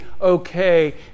okay